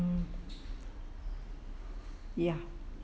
ya